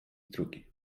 drugi